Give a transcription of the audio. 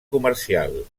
comercial